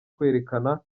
kwerekana